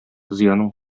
зыяның